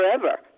forever